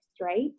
right